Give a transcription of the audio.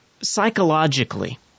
psychologically